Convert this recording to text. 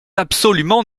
absolument